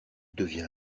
devient